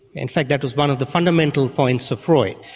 in fact that was one of the fundamental points of freud.